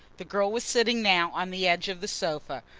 the girl was sitting now on the edge of the sofa,